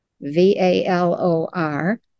V-A-L-O-R